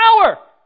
power